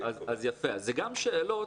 אז יפה, זה גם שאלות.